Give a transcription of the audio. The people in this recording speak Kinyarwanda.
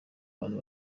ahantu